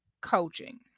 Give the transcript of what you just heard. coaching